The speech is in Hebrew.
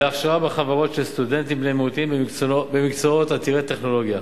להכשרה בחברות של סטודנטים בני-מיעוטים במקצועות עתירי טכנולוגיה.